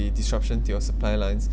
the disruption to your supply lines